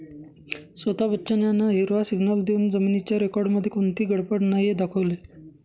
स्वता बच्चन यांना हिरवा सिग्नल देऊन जमिनीच्या रेकॉर्डमध्ये कोणतीही गडबड नाही हे दाखवले